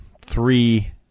three